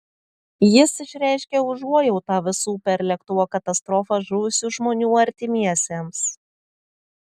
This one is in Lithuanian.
jis išreiškė užuojautą visų per lėktuvo katastrofą žuvusių žmonių artimiesiems